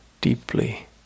deeply